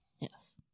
Yes